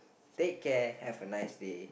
take care have a nice day